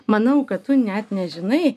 manau kad tu net nežinai